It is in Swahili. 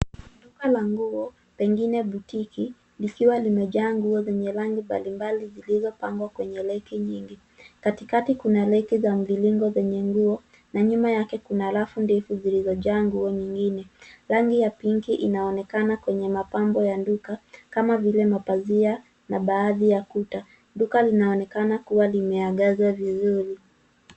Duka la nguo pengine butiki, likiwa limejaa nguo zenye rangi mbalimbali zilizopangwa kwenye leki nyingi. Katikati kuna leki za mviringo zenye nguo na nyuma yake kuna rafu ndefu zilizojaa nguo nyingine. Rangi ya pinki inaonekana kwenye mapambo ya duka kama vile mapazia na baadhi ya kuta. Duka linaonekana kuwa limeangaza vizuri.